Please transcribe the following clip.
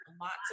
lots